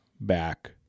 back